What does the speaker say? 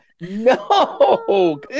no